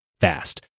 fast